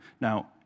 Now